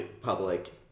public